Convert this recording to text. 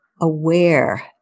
aware